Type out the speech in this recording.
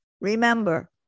Remember